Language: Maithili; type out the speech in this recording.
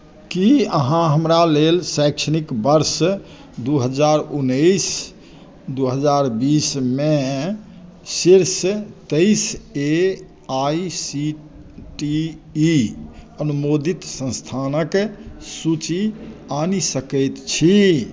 की अहाँ हमरा लेल शैक्षणिक वर्ष दू हजार उन्नैस दू हजार बीसमे शीर्ष तेइस A I C T E अनुमोदित संस्थानक सूची आनि सकैत छी